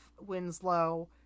winslow